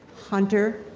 hunter,